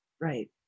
Right